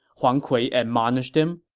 huang kui admonished him